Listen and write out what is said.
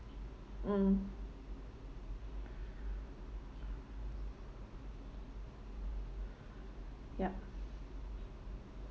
mm yup